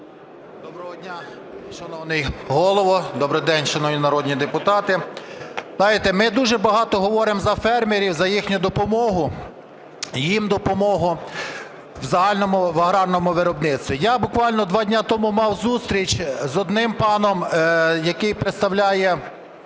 Доброго дня, шановний Голово, добрий день, шановні народні депутати! Знаєте, ми дуже багато говоримо за фермерів, за їхню допомогу, їм допомогу в загальному аграрному виробництві. Я буквально два дні тому мав зустріч з одним паном, який представляє